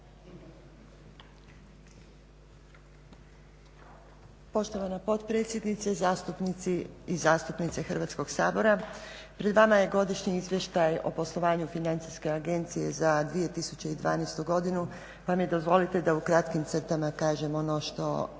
Poštovana potpredsjednice, zastupnici i zastupnice Hrvatskog sabora, pred vama je godišnji izvještaj o poslovanju Financijske agencije za 2012. godinu pa mi dozvolite da u kratkim crtama kažem ono što